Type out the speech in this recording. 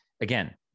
again